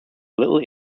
little